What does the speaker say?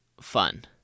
fun